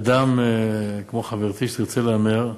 אדם כמו חברתי, שתרצה להמר,